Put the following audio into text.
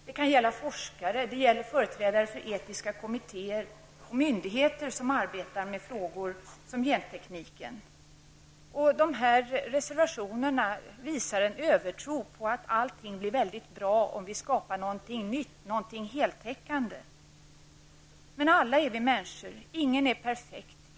Det kan gälla forskare, företrädare för etiska kommittéer eller myndigheter som arbetar med frågor som genteknik. I dessa reservationer visas en övertro på att allt blir mycket bra om vi skapar något nytt och heltäckande. Men alla är vi månniskor. Ingen är perfekt.